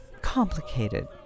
complicated